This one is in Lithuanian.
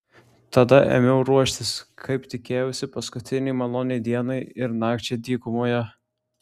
tada ėmiau ruoštis kaip tikėjausi paskutinei maloniai dienai ir nakčiai dykumoje